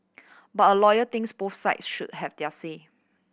but a lawyer thinks both side should have their say